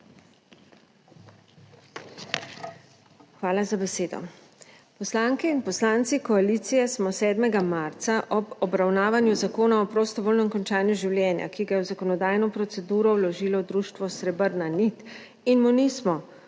Hvala za besedo. Poslanke in poslanci koalicije smo 7. marca ob obravnavanju Zakona o prostovoljnem končanju življenja, ki ga je v zakonodajno proceduro vložilo društvo Srebrna nit in mu nismo